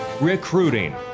recruiting